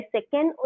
Second